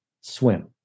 swim